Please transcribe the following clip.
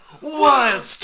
Wild